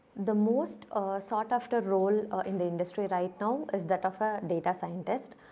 the most sought after role in the industry right now is that of a data scientist.